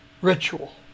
ritual